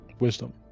Wisdom